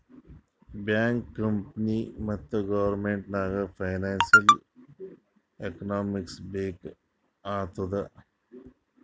bank, company ಮತ್ತ government ನಾಗ್ financial economics ಬೇಕ್ ಆತ್ತುದ್